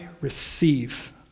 receive